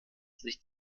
sich